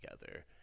together